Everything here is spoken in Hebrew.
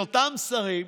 של אותם שרים,